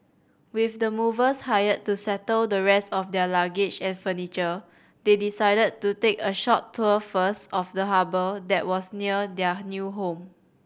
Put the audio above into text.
with the movers hired to settle the rest of their luggage and furniture they decided to take a short tour first of the harbour that was near their new home